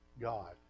God